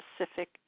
specific